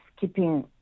keeping